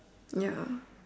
ya